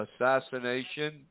assassination